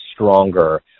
stronger